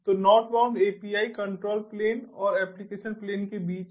तो northbound API control plane और application plane के बीच है